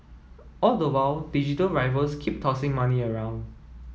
all the while digital rivals keep tossing money around